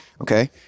Okay